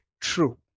true